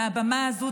מהבמה הזאת,